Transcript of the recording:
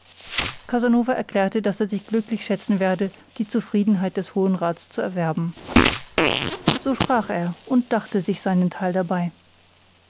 casanova erklärte daß er sich glücklich schätzen werde die zufriedenheit des hohen rats zu erwerben so sprach er und dachte sich sein teil dabei